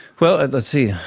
well, and let's see,